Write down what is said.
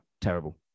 Terrible